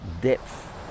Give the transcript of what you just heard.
depth